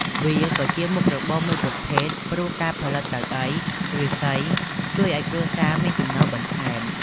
វាក៏ជាមុខរបរមួយប្រភេទ ព្រោះការផលិតកៅអីឫស្សីជួយឲ្យគ្រួសារមានចំណូលបន្ថែម។